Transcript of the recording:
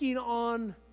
on